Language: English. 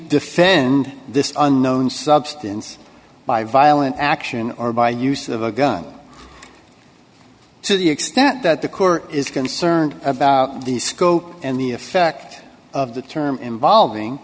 defend this unknown substance by violent action or by use of a gun to the extent that the court is concerned about the scope and the effect of the term involving